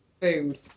food